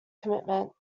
commitment